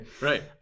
Right